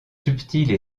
subtiles